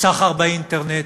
סחר באינטרנט,